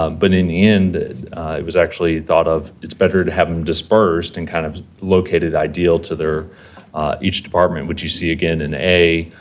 um but, in the end, it was actually thought of it's better to have them dispersed and kind of located ideal to their each department, which you see, again in a,